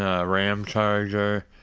ah ram charger